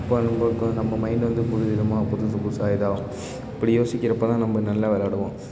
அப்போ நம்பளுக்கு வந்து நம்ப மைண்டு வந்து புது விதமாக புதுசு புதுசாக இதாகும் அப்படி யோசிக்கிறப்போ தான் நம்ப நல்லா விளையாடுவோம்